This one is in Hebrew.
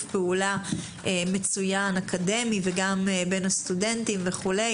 פעולה מצוין אקדמי וגם בין הסטודנטים וכו',